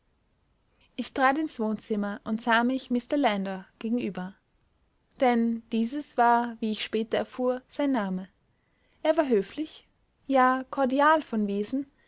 ich trat ins wohnzimmer und sah mich mr landor gegenüber denn dieses war wie ich später erfuhr sein name er war höflich ja kordial von wesen